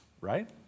right